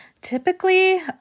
Typically